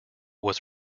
was